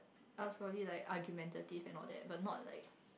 our Poly like argumentative and all that but not like